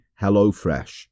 HelloFresh